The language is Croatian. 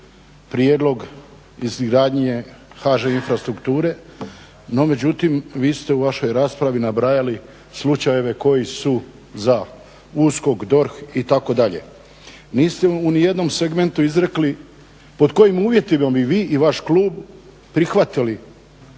prijedlog izgradnje HŽ infrastrukture. No međutim, vi ste u vašoj raspravi nabrajali slučajeve koji su za USKOK, DORH itd. Niste u ni jednom segmentu izrekli pod kojim uvjetima bi vi i vaš klub prihvatili,